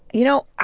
you know,